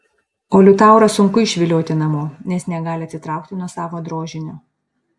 o liutaurą sunku išvilioti namo nes negali atsitraukti nuo savo drožinio